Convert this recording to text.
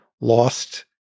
lost